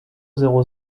zéro